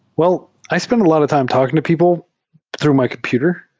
well, i spent a lot of time talking to people through my computer,